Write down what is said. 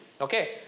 Okay